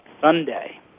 Sunday